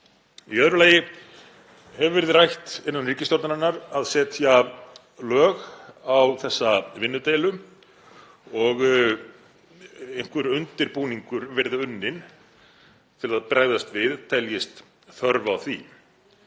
Í öðru lagi: Hefur verið rætt innan ríkisstjórnarinnar að setja lög á þessa vinnudeilu og einhver undirbúningur verið unninn til að bregðast við, teljist þörf á því?